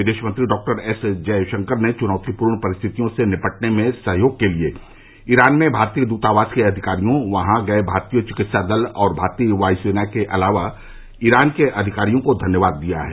विदेश मंत्री doctor S Jaishankar ने चुनौतीपूर्ण परिस्थतियों से निपटने में सहयोग के लिए ईरान में भारतीय दूतावास के अधिकारियों वहां गए भारतीय चिकित्सा दल और भारतीय वायु सेना के अलावा ईरान के अधिकारियों को धन्यवाद दिया है